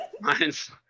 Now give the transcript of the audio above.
Mine's